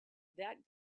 that